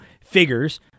figures